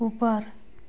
ऊपर